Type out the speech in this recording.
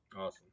awesome